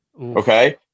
Okay